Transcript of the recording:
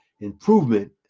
improvement